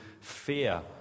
fear